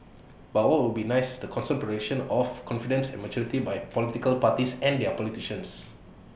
but what would be nice is the consistent of confidence and maturity by political parties and their politicians